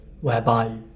whereby